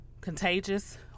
contagious